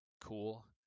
cool